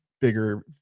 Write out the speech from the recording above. bigger